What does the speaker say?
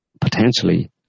potentially